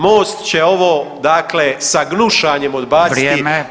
Most će ovo dakle sa gnušanjem odbaciti